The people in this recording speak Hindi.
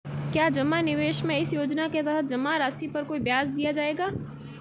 क्या जमा निवेश में इस योजना के तहत जमा राशि पर कोई ब्याज दिया जाएगा?